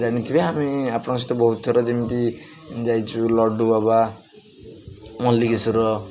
ଜାଣିଥିବେ ଆମେ ଆପଣଙ୍କ ସହିତ ବହୁତ ଥର ଯେମିତି ଯାଇଛୁ ଲଡ଼ୁବାବା ମଲ୍ଲିକେଶ୍ୱର